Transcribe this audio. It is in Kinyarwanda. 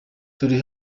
turi